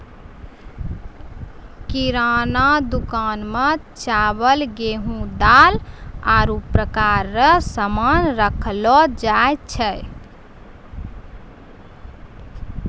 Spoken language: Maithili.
किराना दुकान मे चावल, गेहू, दाल, आरु प्रकार रो सामान राखलो जाय छै